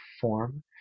form